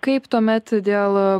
kaip tuomet dėl